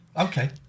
Okay